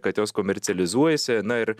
kad jos komercializuojasi na ir